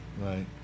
right